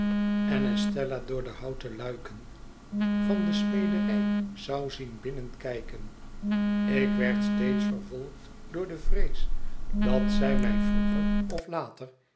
en estella door de houten luiken van de smederij zou zien binnenkijken ik werd steeds vervolgd door de vrees dat zij mij vroeger of later